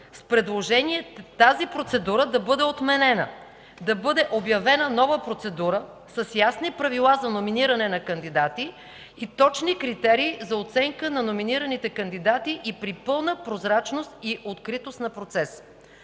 с предложение тази процедура да бъде отменена, да бъде обявена нова процедура с ясни правила за номиниране на кандидати и точни критерии за оценка на номинираните кандидати при пълна прозрачност и откритост на процеса”.